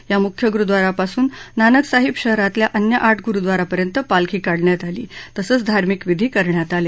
या मुख्य गुरुद्वारापासून नानकसाहिब शहरातल्या अन्य आठ गुरुद्वारापर्यंत पालखी काढण्यात आली तसंच धार्मिक विधी करण्यात आले